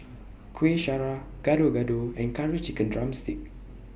Kueh Syara Gado Gado and Curry Chicken Drumstick